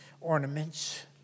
ornaments